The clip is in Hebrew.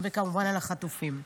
וכמובן על החטופים.